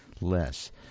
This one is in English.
less